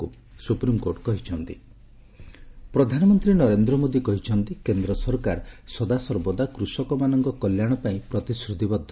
PM Kutch ପ୍ରଧାନମନ୍ତ୍ରୀ ନରେନ୍ଦ୍ର ମୋଦୀ କହିଛନ୍ତି କେନ୍ଦ୍ର ସରକାର ସଦାସର୍ବଦା କୃଷକମାନଙ୍କ କଲ୍ୟାଣ ପାଇଁ ପ୍ରତିଶ୍ରତିବଦ୍ଧ